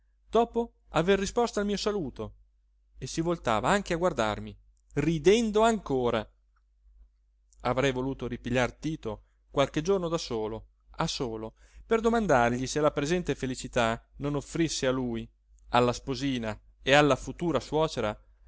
dopo aver risposto al mio saluto e si voltava anche a guardarmi ridendo ancora avrei voluto ripigliar tito qualche giorno da solo a solo per domandargli se la presente felicità non offrisse a lui alla sposina e alla futura suocera